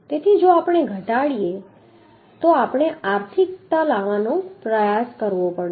તેથી જો આપણે તે ઘટાડીએ તો આપણે આર્થિક લાવવાનો પ્રયાસ કરવો પડશે